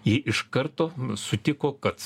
jie iš karto sutiko kad